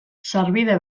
sarbide